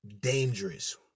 dangerous